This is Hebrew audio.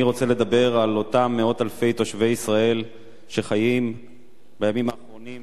אני רוצה לדבר על אותם מאות אלפי תושבי ישראל שחיים בימים האחרונים